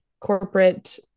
corporate